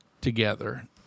together